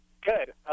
good